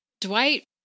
Dwight